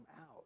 out